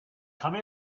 come